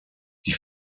die